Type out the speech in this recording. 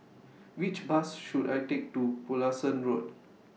Which Bus should I Take to Pulasan Road